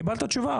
קיבלת תשובה.